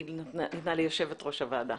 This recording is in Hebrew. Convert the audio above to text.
היא ניתנה ליושבת ראש הועדה.